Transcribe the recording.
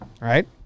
right